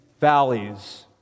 valleys